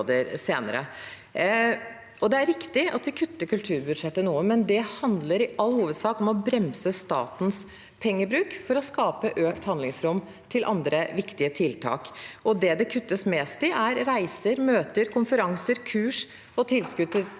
Det er riktig at vi kutter kulturbudsjettet noe, men det handler i all hovedsak om å bremse statens pengebruk for å skape økt handlingsrom til andre viktige tiltak. Det det kuttes mest i, er reiser, møter, konferanser, kurs og tilskudd til